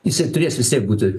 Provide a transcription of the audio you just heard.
jisai turės vis tiek būt